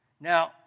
Now